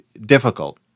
difficult